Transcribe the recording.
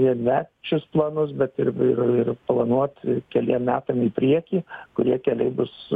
vienmečius planus bet ir ir ir planuot keliem metam į priekį kurie keliai bus